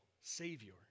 Savior